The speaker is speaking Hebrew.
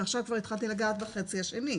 ועכשיו כבר התחלתי לגעת בחצי השני,